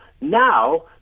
Now